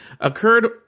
occurred